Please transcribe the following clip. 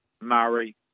Murray